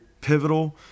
pivotal